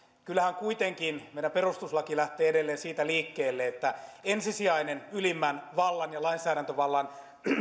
kyllähän kuitenkin meidän perustuslakimme lähtee edelleen liikkeelle siitä että ensisijainen ylimmän vallan ja lainsäädäntövallan